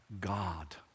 God